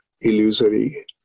illusory